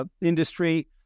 industry